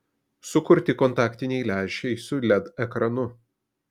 sukurti kontaktiniai lęšiai su led ekranu